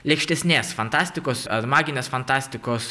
lėkštesnės fantastikos ar maginės fantastikos